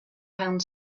pound